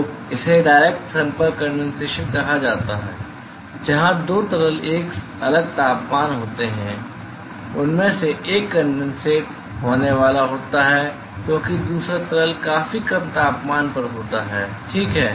तो इसे डायरेक्ट संपर्क कंडेनसेशन कहा जाता है जहां दो तरल एक अलग तापमान होते हैं उनमें से एक कनडेनस होने वाला होता है क्योंकि दूसरा तरल काफी कम तापमान पर होता है ठीक है